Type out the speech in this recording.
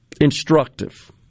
instructive